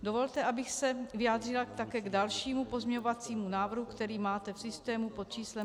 Dovolte, abych se vyjádřila také k dalšímu pozměňovacímu návrhu, který máte v systému pod číslem 5792.